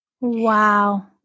Wow